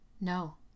No